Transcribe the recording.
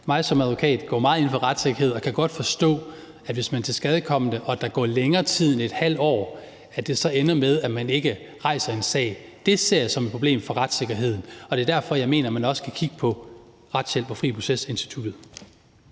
Som advokat går jeg meget ind for retssikkerhed, og jeg kan godt forstå, at hvis man er tilskadekommen og der går længere tid end et halvt år, så ender det med, at man ikke rejser en sag. Det ser jeg som et problem for retssikkerheden, og det er derfor, jeg mener, at man også skal kigge på retshjælps- og fri proces-institutionen.